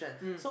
mm